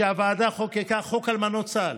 שהוועדה חוקקה: חוק אלמנות צה"ל.